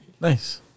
nice